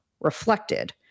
reflected